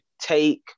take